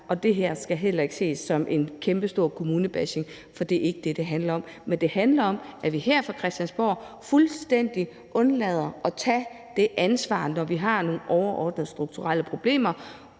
og det her skal heller ikke ses som en kæmpestor kommunebashing, for det er ikke det, det handler om. Men det handler om, at vi her fra Christiansborg fuldstændig undlader at tage det ansvar, når vi har nogle overordnede strukturelle problemer.